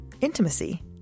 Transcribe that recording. Intimacy